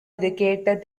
இதுகேட்ட